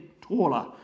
taller